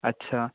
अच्छा